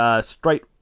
straight